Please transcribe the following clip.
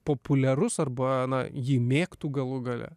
populiarus arba na jį mėgtų galų gale